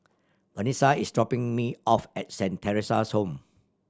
Vanesa is dropping me off at Saint Theresa's Home